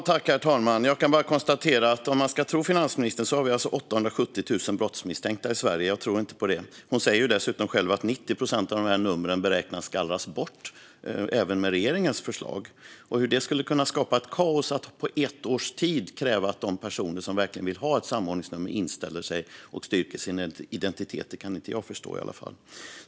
Herr talman! Om man ska tro finansministern har vi alltså 870 000 brottsmisstänkta i Sverige. Jag tror inte på det. Hon säger dessutom själv att 90 procent av dessa nummer beräknas bli bortgallrade även med regeringens förslag. Och hur det skulle kunna skapa kaos att på ett års tid kräva att de personer som verkligen vill ha ett samordningsnummer inställer sig och styrker sin identitet kan i alla fall inte jag förstå.